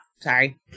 Sorry